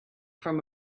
from